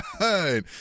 right